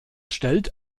stellt